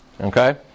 okay